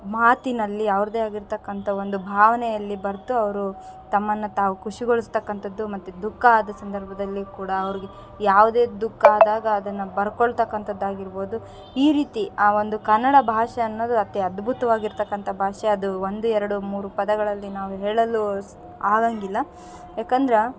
ಮಾತಿನಲ್ಲಿ ಅವ್ರದ್ದೆ ಆಗಿರ್ತಕ್ಕಂಥ ಒಂದು ಭಾವನೆಯಲ್ಲಿ ಬರೆದು ಅವರು ತಮ್ಮನ್ನು ತಾವು ಖುಷಿಗೊಳಿಸ್ತಕ್ಕಂಥದ್ದು ಮತ್ತು ದುಃಖ ಆದ ಸಂದರ್ಭದಲ್ಲಿ ಕೂಡ ಅವರಿಗೆ ಯಾವುದೇ ದುಃಖ ಆದಾಗ ಅದನ್ನು ಬರ್ಕೊಳ್ತಕ್ಕಂಥದ್ದ್ ಆಗಿರ್ಬೋದು ಈ ರೀತಿ ಆ ಒಂದು ಕನ್ನಡ ಭಾಷೆ ಅನ್ನೋದು ಅತಿ ಅದ್ಬುತವಾಗಿರ್ತಕ್ಕಂಥ ಭಾಷೆ ಅದು ಒಂದು ಎರಡು ಮೂರು ಪದಗಳಲ್ಲಿ ನಾವು ಹೇಳಲು ಸ್ ಆಗೊಂಗಿಲ್ಲ ಯಾಕಂದ್ರೆ